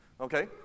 okay